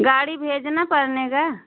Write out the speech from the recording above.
गाड़ी भेजना पड़ेगा